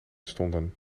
stonden